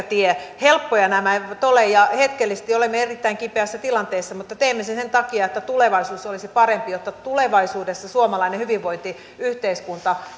tie helppoja nämä eivät ole ja hetkellisesti olemme erittäin kipeässä tilanteessa mutta teemme sen sen takia että tulevaisuus olisi parempi ja jotta tulevaisuudessa suomalainen hyvinvointiyhteiskunta